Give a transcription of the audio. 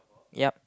yup